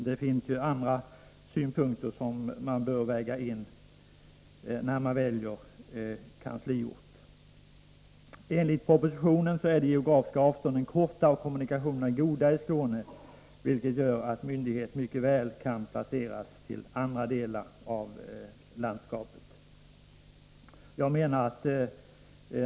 Det finns ju andra synpunkter som man bör väga in när man väljer kansliort. Enligt propositionen är de geografiska avstånden korta och kommunikåtionerna goda i Skåne, vilket gör att myndigheter mycket väl kan placeras i andra delar av landskapet.